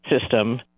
system